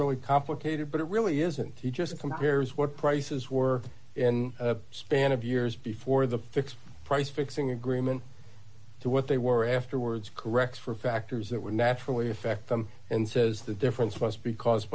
really complicated but it really isn't he just compares what prices were in a span of years before the fixed price fixing agreement to what they were afterwards corrects for factors that would naturally affect them and says the difference must be caused